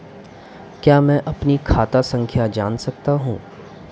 क्या मैं अपनी खाता संख्या जान सकता हूँ?